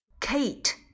Kate